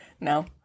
no